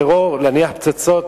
טרור, להניח פצצות.